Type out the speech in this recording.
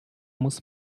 muss